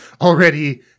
already